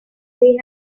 they